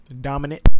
Dominant